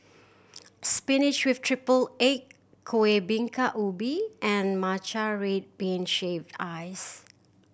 spinach with triple egg Kuih Bingka Ubi and Matcha red bean shaved ice